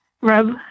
rub